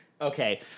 Okay